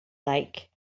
like